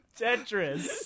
Tetris